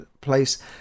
place